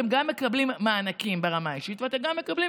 אתם גם מקבלים מענקים ברמה האישית ואתם גם מקבלים